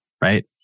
right